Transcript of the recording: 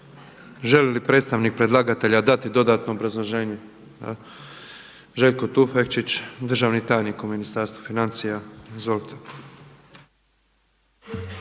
Želi li predstavnik predlagatelja dati dodatno obrazloženje? Željko Tufekčić, državni tajnik u Ministarstvu financija. Izvolite.